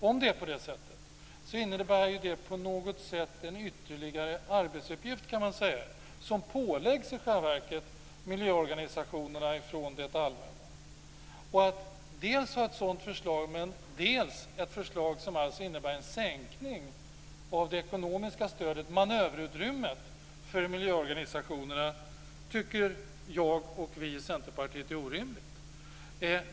Om det är på det sättet innebär det att en ytterligare arbetsuppgift påläggs miljöorganisationerna ifrån det allmänna. Att dels ha ett sådant förslag, dels ha ett förslag som innebär en sänkning av det ekonomiska stödet, manöverutrymmet för miljöorganisationerna, tycker jag och vi i Centerpartiet är orimligt.